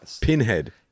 Pinhead